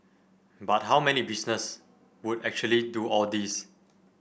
but how many business would actually do all this